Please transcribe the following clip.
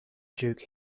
duke